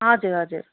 हजुर हजुर